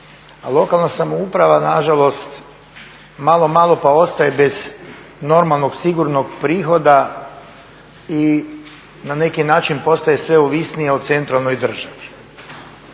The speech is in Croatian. lokalna samouprava nažalost malo, malo pa ostaje bez normalnog, sigurnog prihoda i na neki način postaje sve ovisnija u centralnoj državi.